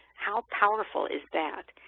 how powerful is that.